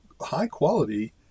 high-quality